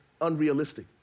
unrealistic